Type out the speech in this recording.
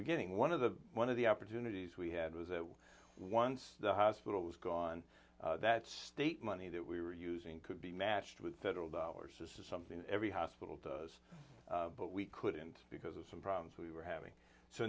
beginning one of the one of the opportunities we had was that once the hospital was gone that state money that we were using could be matched with federal dollars this is something that every hospital does but we couldn't because of some problems we were having so